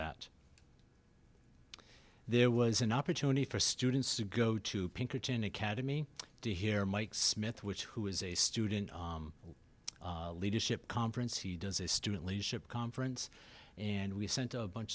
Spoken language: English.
that there was an opportunity for students to go to pinkerton academy to hear mike smith which who is a student leadership conference he does a student leadership conference and we sent a bunch